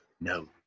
No